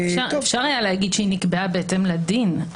אפשר היה להגיד שהיא נקבעה בהתאם לדין.